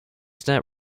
step